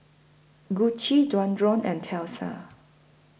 Gucci Dualtron and Tesla